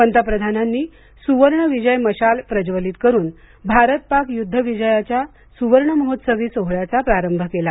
पंतप्रधानांनी सुवर्ण विजय मशाल प्रज्वलित करून भारत पाक युद्ध विजयाच्या सुवर्ण महोत्सवी सोहळ्याचा प्रारंभ केला